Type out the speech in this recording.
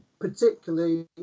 particularly